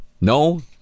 No